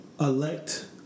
elect